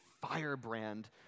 firebrand